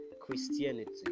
Christianity